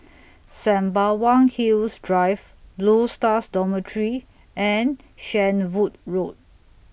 Sembawang Hills Drive Blue Stars Dormitory and Shenvood Road